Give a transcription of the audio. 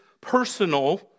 personal